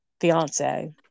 fiance